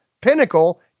pinnacle